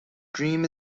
dream